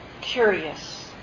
Curious